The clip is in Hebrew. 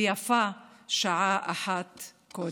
ויפה שעה אחת קודם.